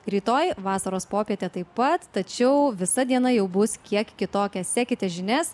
rytoj vasaros popietė taip pat tačiau visa diena jau bus kiek kitokia sekite žinias